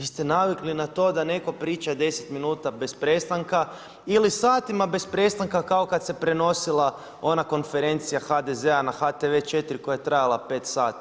Vi ste navikli na to da netko priča 10 minuta bez prestanka ili satima bez prestanka, kao kad se prenosila ona konferencija HDZ-a na HTV 4, koja je trajala 5 sati.